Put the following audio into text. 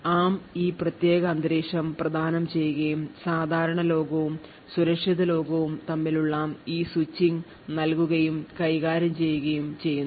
ARM ഈ പ്രത്യേക അന്തരീക്ഷം പ്രദാനം ചെയ്യുകയും സാധാരണ ലോകവും സുരക്ഷിത ലോകവും തമ്മിലുള്ള ഈ സ്വിച്ചിംഗ് നൽകുകയും കൈകാര്യം ചെയ്യുകയും ചെയ്യുന്നു